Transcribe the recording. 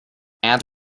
add